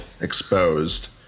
exposed